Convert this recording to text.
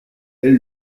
elle